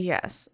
Yes